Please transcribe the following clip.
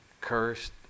cursed